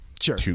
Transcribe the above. Sure